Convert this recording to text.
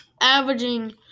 Averaging